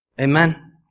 Amen